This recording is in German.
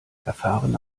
erfahrene